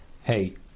hey